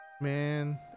Man